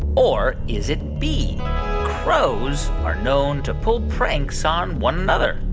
or is it b crows are known to pull pranks on one another?